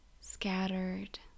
scattered